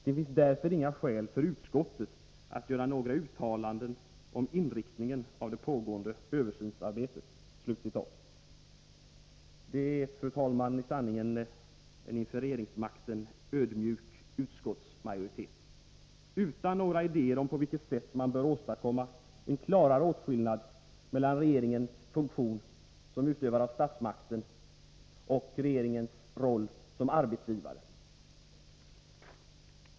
Det finns därför inga skäl för utskottet att göra några uttalanden om inriktningen av det pågående översynsarbetet.” Det är, fru talman, i sanning en inför regeringsmakten ödmjuk utskottsmajoritet, utan några idéer om på vilket sätt man bör åstadkomma en klarare åtskillnad mellan regeringens funktion som utövare av statsmakten och dess roll som arbetsgivare.